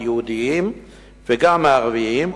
היהודים וגם הערבים,